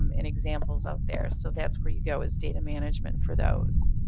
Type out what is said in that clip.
um and examples out there, so that's where you go is data management for those.